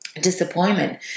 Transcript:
disappointment